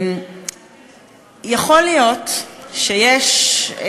יכול להיות שיש,